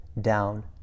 down